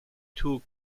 two